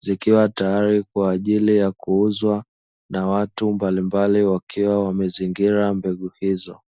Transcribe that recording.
zikiwa tayari kwa ajili ya kuuzwa na watu mbalimbali wakiwa wamezingira mbegu hizo..